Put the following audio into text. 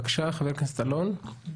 בבקשה, חבר הכנסת אלון.